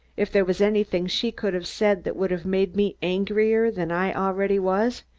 if there was anything she could have said that would have made me angrier than i already was,